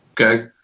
Okay